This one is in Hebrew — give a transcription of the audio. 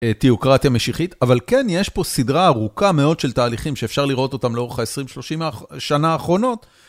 תאוקרטיה משיחית, אבל כן יש פה סדרה ארוכה מאוד של תהליכים, שאפשר לראות אותם לאורך ה-20-30 שנה האחרונות.